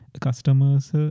customers